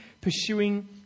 pursuing